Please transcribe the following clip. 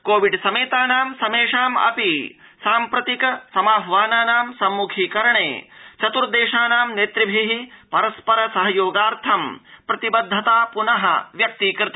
Covid समेताना समेषामपि साम्प्रतिक समाह्वानाना संमुखीकरणे चत्र्देशाना नेतृभिः परस्पर सहयोगार्थं प्रतिबद्धता पुनः व्यक्तीकृता